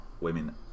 women